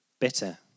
bitter